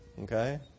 Okay